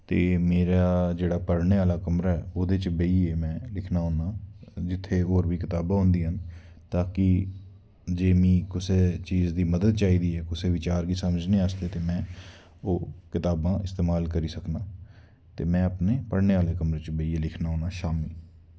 ते मेरा जेह्ड़ा पढ़ने आह्ला कमरा ऐ ओह्दे च बेहियै में लिखना होन्ना जित्थै होर बी कताबां होंदियां न तां कि जे मिगी कुसै चीज दी मदद चाहिदी ऐ कुसै बचार गी समझने आस्तै ते में ओह् कताबां इस्तेमाल करी सकना ते में अपने पढ़ने आह्ले कमरे च लिखना होन्ना शामीं